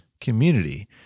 community